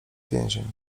więzień